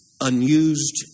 unused